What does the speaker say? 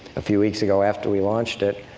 a few weeks ago, after we launched it,